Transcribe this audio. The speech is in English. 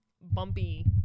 bumpy